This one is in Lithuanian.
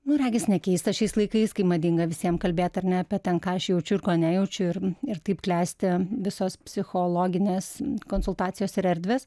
nu regis ne keista šiais laikais kai madinga visiem kalbėt ar ne apie ten ką aš jaučiu ir ko nejaučiu ir ir taip klesti visos psichologinės konsultacijos ir erdvės